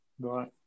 Right